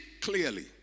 clearly